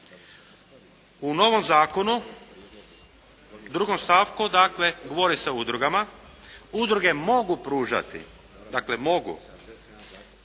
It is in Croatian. U novom zakonu u 2. stavku govori se o udrugama. Udruge mogu pružati, dakle mogu